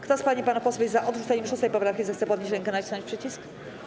Kto z pań i panów posłów jest za odrzuceniem 6. poprawki, zechce podnieść rękę i nacisnąć przycisk.